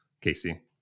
Casey